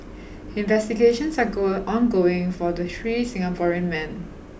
investigations are ongoing for the three Singaporean men